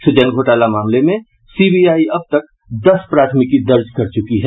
सृजन घोटाला मामले में सीबीआई अब तक दस प्राथमिकी दर्ज कर चुकी है